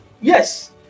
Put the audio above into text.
yes